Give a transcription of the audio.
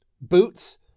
boots